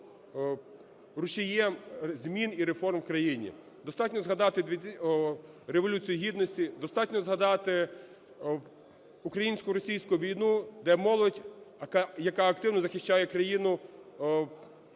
була рушієм змін і реформ в країні. Достатньо згадати Революцію Гідності, достатньо згадати українсько-російську війну, де молодь, яка активно захищає країну